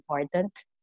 important